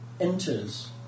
enters